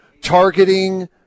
targeting